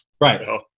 Right